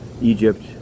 Egypt